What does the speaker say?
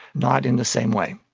not in the same way.